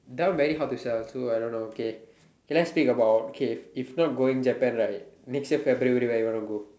that one very hard to sell so I don't know K K let's speak about K if if not going Japan right next year February where you want to go